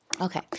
Okay